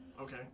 okay